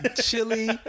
Chili